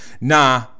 nah